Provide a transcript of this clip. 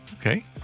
Okay